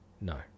no